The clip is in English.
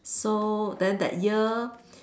so then that year